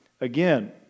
Again